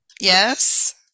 Yes